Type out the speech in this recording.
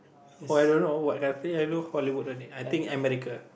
who I don't know what I say I know Hollywood only I think America